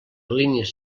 línies